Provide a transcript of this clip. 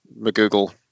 McGoogle